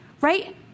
right